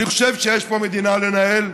אני חושב שיש פה מדינה לנהל,